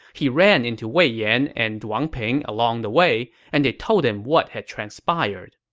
he ran into wei yan and wang ping along the way, and they told him what had transpired